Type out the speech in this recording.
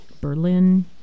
Berlin